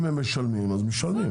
אם הם משלמים אז משלמים,